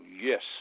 Yes